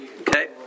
Okay